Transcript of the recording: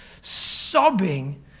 sobbing